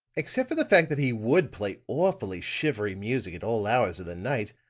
except for the fact that he would play awfully shivery music at all hours of the night,